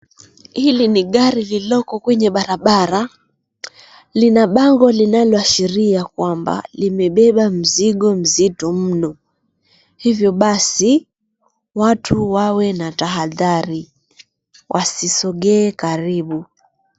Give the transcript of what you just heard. Hili ni gari lililoko kwenye barabara. Lina bango linaloshiria kwamba limebeba mzigo mzito mno hivyo basi watu wawe na tahadhari wasisogee karibu.